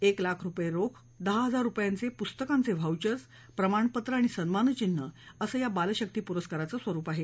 एक लाख रुपये रोख दहा इजार रुपयांचे पुस्तकांचे व्हाउचर्स प्रमाणापत्रं आणि सन्मानचिन्ह असं या बाल शक्ती पुरस्कारांचं स्वरुप आहे